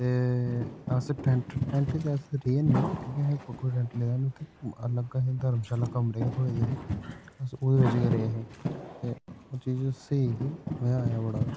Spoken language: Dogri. ते अस टैंट च अस रेह् हन्नी हे क्योंकि अस उप्पर कोई टैंट लेदा ते अलग अहें धर्मशाला कमरे बी थ्होए दे हे अस ओह्दे बिच गै रेह् हे ते ओह् चीज सेही ही मजा आया बड़ा ओह्